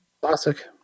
Classic